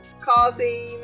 causing